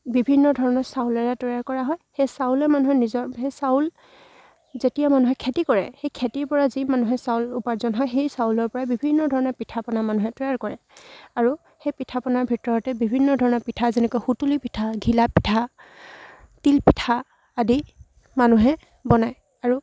বিভিন্ন ধৰণৰ চাউলেৰে তৈয়াৰ কৰা হয় সেই চাউলে মানুহে নিজৰ সেই চাউল যেতিয়া মানুহে খেতি কৰে সেই খেতিৰ পৰা যি মানুহে চাউল উপাৰ্জন হয় সেই চাউলৰ পৰাই বিভিন্ন ধৰণৰ পিঠা পনা মানুহে তৈয়াৰ কৰে আৰু সেই পিঠা পনাৰ ভিতৰতে বিভিন্ন ধৰণৰ পিঠা যেনেকৈ সুতুলি পিঠা ঘিলা পিঠা তিলপিঠা আদি মানুহে বনায় আৰু